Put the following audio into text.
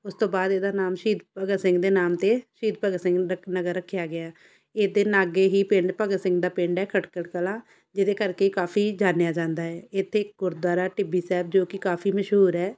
ਉਸ ਤੋਂ ਬਾਅਦ ਇਹਦਾ ਨਾਮ ਸ਼ਹੀਦ ਭਗਤ ਸਿੰਘ ਦੇ ਨਾਮ 'ਤੇ ਸ਼ਹੀਦ ਭਗਤ ਸਿੰਘ ਰੱ ਨਗਰ ਰੱਖਿਆ ਗਿਆ ਇਹ ਦੇ ਲਾਗੇ ਹੀ ਪਿੰਡ ਭਗਤ ਸਿੰਘ ਦਾ ਪਿੰਡ ਹੈ ਖਟਕੜ ਕਲਾਂ ਜਿਹਦੇ ਕਰਕੇ ਕਾਫ਼ੀ ਜਾਣਿਆ ਜਾਂਦਾ ਹੈ ਇੱਥੇ ਗੁਰਦੁਆਰਾ ਟਿੱਬੀ ਸਾਹਿਬ ਜੋ ਕਿ ਕਾਫ਼ੀ ਮਸ਼ਹੂਰ ਹੈ